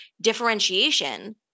differentiation